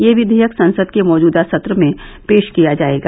यह विधेयक संसद के मौजूदा सत्र में पेश किया जाएगा